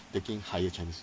taking higher chinese